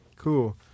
Cool